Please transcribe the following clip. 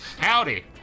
Howdy